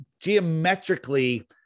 geometrically